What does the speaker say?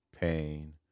pain